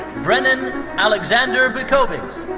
brennen alexander bukovics.